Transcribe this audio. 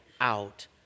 out